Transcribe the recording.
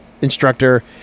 Instructor